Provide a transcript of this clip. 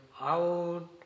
out